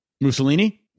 Mussolini